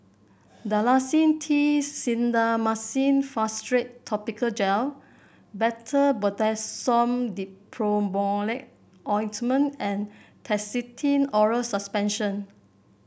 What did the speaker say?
Dalacin T Clindamycin Phosphate Topical Gel Betamethasone Dipropionate Ointment and Nystatin Oral Suspension